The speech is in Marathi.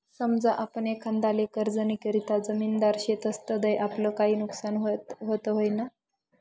समजा आपण एखांदाले कर्जनीकरता जामिनदार शेतस तधय आपलं काई नुकसान व्हत नैना?